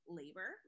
labor